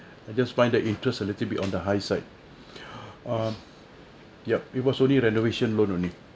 I just find the interest a little be on the high side um yup it was only renovation loan only